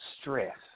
stress